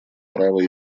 права